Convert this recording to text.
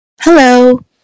Hello